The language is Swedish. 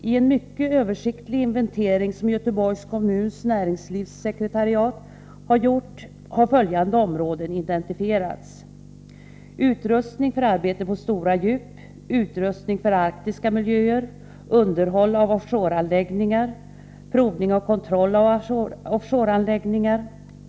I en mycket översiktlig inventering som Göteborgs kommuns näringslivssekretariat har gjort har följande områden identifierats: — Utrustning för arbete på stora djup.- Utrustning för arktiska miljöer.